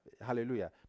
Hallelujah